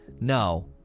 No